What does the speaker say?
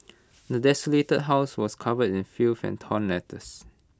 the desolated house was covered in filth and torn letters